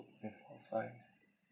mm fine